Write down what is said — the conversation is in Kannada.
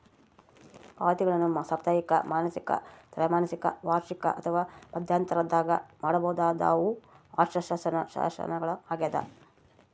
ಪಾವತಿಗಳನ್ನು ಸಾಪ್ತಾಹಿಕ ಮಾಸಿಕ ತ್ರೈಮಾಸಿಕ ವಾರ್ಷಿಕ ಅಥವಾ ಮಧ್ಯಂತರದಾಗ ಮಾಡಬಹುದಾದವು ವರ್ಷಾಶನಗಳು ಆಗ್ಯದ